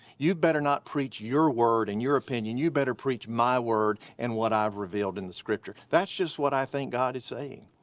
you'd better not preach your word and your opinion, you better preach my word and what i've revealed in the scripture. that's just what i think god is saying.